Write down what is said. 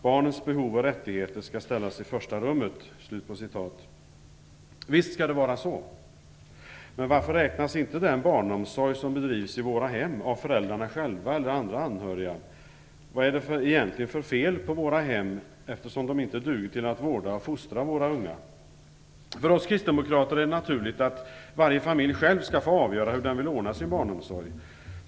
Barnens behov och rättigheter skall ställas i första rummet." Visst skall det vara så, men varför räknas inte den barnomsorg som bedrivs i våra hem av föräldrarna själva eller av andra anhöriga? Vad är det egentligen för fel på våra hem eftersom de inte duger till att vårda och fostra våra unga? För oss kristdemokrater är det naturligt att varje familj själv skall få avgöra hur den vill ordna sin barnomsorg.